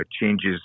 changes